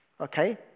Okay